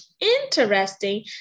interesting